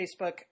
Facebook